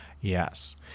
Yes